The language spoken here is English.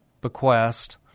bequest